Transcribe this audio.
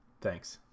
Thanks